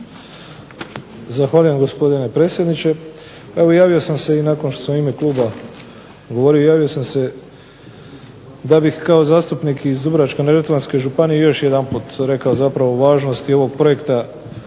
Zahvaljujem gospodine predsjedniče. Evo javio sam se i nakon što sam u ime kluba govorio, javio sam se da bih kao zastupnik iz Dubrovačko-neretvanske županije još jedanput rekao zapravo važnosti ovog projekta